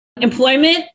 Employment